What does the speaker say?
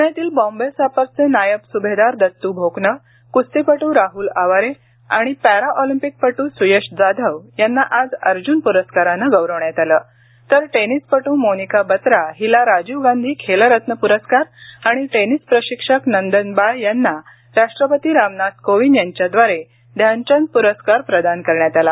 पुण्यातील बॉम्बे सॅपर्सचे नायब सुभेदार दत्तु भोकनळ कुस्तीपटु राहुल अवारे आणि पॅरा ऑलिंपिक पटु सुयश जाधव यांना आज अर्जुन पुरस्कारने गौरवण्यात आलं तर टेनिसपटु मोनिका बत्रा हिला राजीव गांधी खेल रत्न पुरस्कार आणि टेनिस प्रशिक्षक नंदन बाळ यांना राष्ट्रपती रामनाथ कोर्विद यांच्याद्वारे ध्यानचंद पुरस्कार प्रदान करण्यात आला